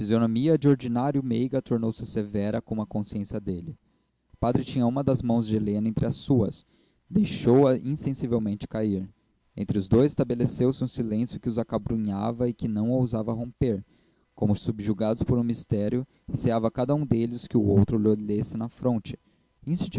fisionomia de ordinário meiga tornou-se severa como a consciência dele o padre tinha uma das mãos de helena entre as suas deixou-a insensivelmente cair entre os dois estabeleceu-se um silêncio que os acabrunhava e que não ousavam romper como subjugados por um mistério receava cada um deles que o outro lho lesse na fronte